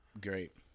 great